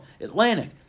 Atlantic